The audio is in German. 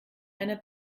einer